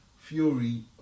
Fury